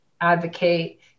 advocate